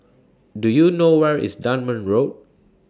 Do YOU know Where IS Dunman Road